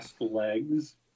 legs